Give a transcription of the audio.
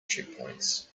checkpoints